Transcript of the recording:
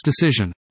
decision